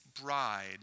bride